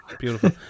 Beautiful